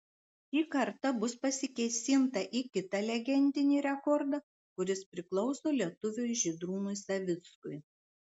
šį kartą bus pasikėsinta į kitą legendinį rekordą kuris priklauso lietuviui žydrūnui savickui